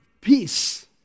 peace